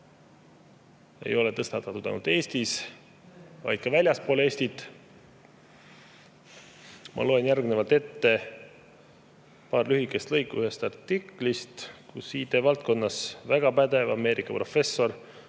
ei ole tõstatatud ainult Eestis, vaid ka väljaspool Eestit. Ma loen järgnevalt ette paar lühikest lõiku ühest artiklist, kus IT valdkonnas väga pädev Ameerika professor